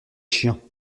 chiens